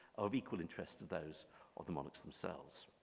of equal interest to those are the monarchs themselves.